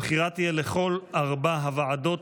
הבחירה תהיה לכל ארבע הוועדות,